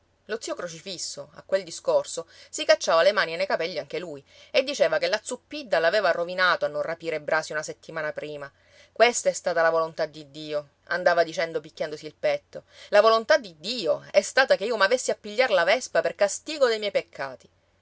lo zio crocifisso a quel discorso si cacciava le mani nei capelli anche lui e diceva che la zuppidda l'aveva rovinato a non rapire brasi una settimana prima questa è stata la volontà di dio andava dicendo picchiandosi il petto la volontà di dio è stata che io m'avessi a pigliar la vespa per castigo dei miei peccati